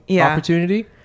opportunity